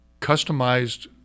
customized